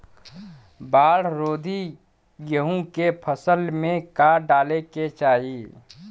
बाढ़ रोधी गेहूँ के फसल में का डाले के चाही?